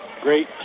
Great